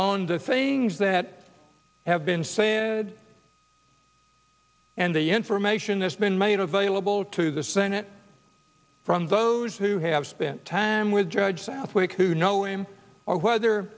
on the things that have been saying and the information that's been made available to the senate from those who have spent time with judge southwick who know him or whether